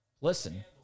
Listen